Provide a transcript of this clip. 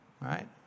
Right